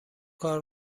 کار